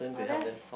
oh that's